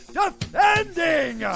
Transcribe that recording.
defending